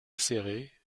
acérées